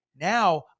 Now